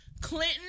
Clinton